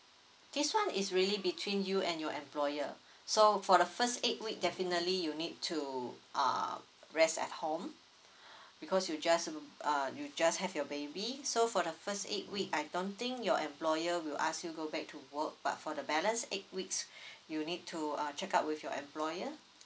this one is really between you and your employer so for the first eight week definitely you need to uh rest at home because you just um uh you just have your baby so for the first eight week I don't think your employer will ask you go back to work but for the balance eight weeks you need to uh check out with your employer